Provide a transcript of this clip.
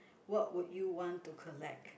what would you want to collect